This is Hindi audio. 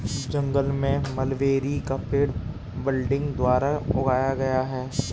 जंगल में मलबेरी का पेड़ बडिंग द्वारा उगाया गया है